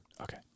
Okay